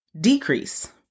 decrease